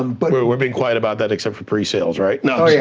um but we're we're being quiet about that, except for pre-sales, right? oh yeah